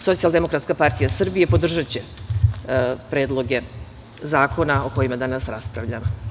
Socijaldemokratska partija Srbije podržaće predloge zakona o kojima danas raspravljamo.